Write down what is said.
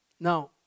Now